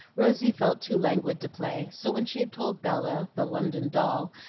rosy felt too languid to play so when she had told bella, the london doll,